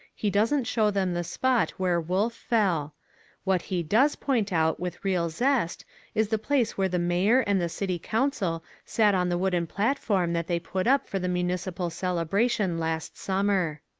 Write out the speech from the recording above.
he doesn't show them the spot where wolfe fell what he does point out with real zest is the place where the mayor and the city council sat on the wooden platform that they put up for the municipal celebration last summer.